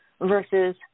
versus